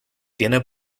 tiene